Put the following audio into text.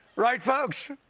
right, folks?